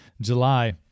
July